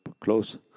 close